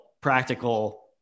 practical